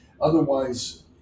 otherwise